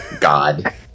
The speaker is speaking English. God